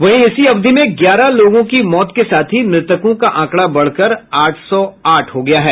वहीं इसी अवधि में ग्यारह लोगों की मौत के साथ ही मृतकों का आंकड़ा बढ़कर आठ सौ आठ हो गया है